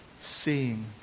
seeing